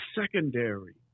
secondary